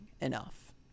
enough